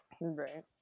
Right